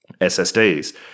SSDs